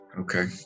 okay